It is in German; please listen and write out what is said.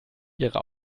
ihre